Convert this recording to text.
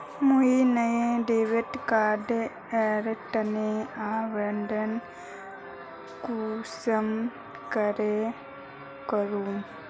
मुई नया debit card एर तने आवेदन कुंसम करे करूम?